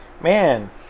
Man